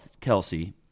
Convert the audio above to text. Kelsey